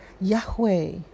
Yahweh